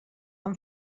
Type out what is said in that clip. amb